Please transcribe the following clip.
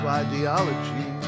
ideology